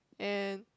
and